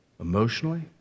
emotionally